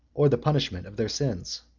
or the punishment, of their sins.